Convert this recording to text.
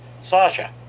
Sasha